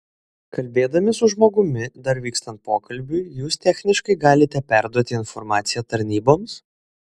kalbėdami su žmogumi dar vykstant pokalbiui jūs techniškai galite perduoti informaciją tarnyboms